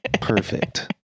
perfect